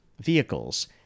vehicles